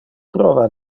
prova